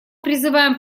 призываем